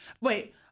Wait